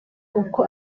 uko